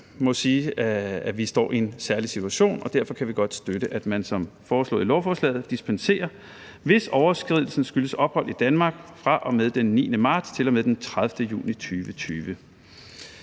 må sige, at man står i en særlig situation, og derfor kan vi godt støtte, at man som foreslået i lovforslaget dispenserer, hvis overskridelsen skyldes ophold i Danmark fra og med den 9. marts til og med den 30. juni 2020.